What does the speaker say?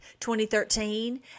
2013